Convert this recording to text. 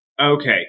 Okay